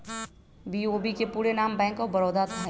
BOB के पूरे नाम बैंक ऑफ बड़ौदा हइ